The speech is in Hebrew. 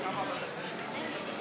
הכנסת,